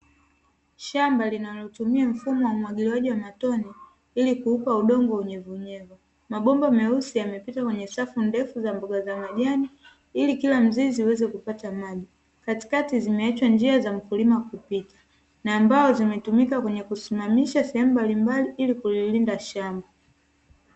Shamba linalitumia mfumo wa umwagiliaji wa matone ili kuupa udoongo unyevunyevu, mabomba meusi yamepita katika safu ndefu za mboga za majani ili kila mzizi uweze kupata maji, katikati zimeachwa njia ya mkulima kupita na ambao zimetumika kusimamisha sehemu mbalimbali ili kulilinda shamba.